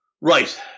Right